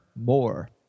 more